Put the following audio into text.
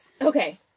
Okay